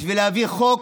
בשביל להביא חוק,